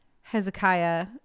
Hezekiah